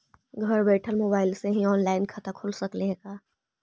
घर बैठल मोबाईल से ही औनलाइन खाता खुल सकले हे का?